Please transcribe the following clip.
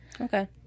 Okay